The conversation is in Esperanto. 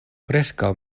preskaŭ